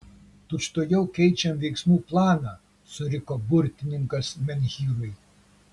tučtuojau keičiam veiksmų planą suriko burtininkas menhyrui